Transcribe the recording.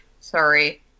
Sorry